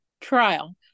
trial